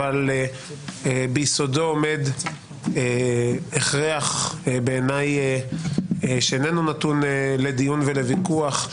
אבל ביסודו עומד הכרח בעיניי שאיננו נתון לדיון ולוויכוח,